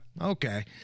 okay